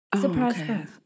Surprise